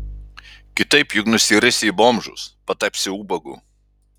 kitaip juk nusirisi į bomžus patapsi ubagu